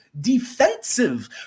defensive